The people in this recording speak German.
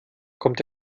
kommt